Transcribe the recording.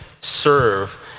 serve